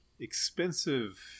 expensive